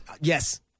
Yes